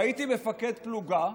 והייתי מפקד פלוגה,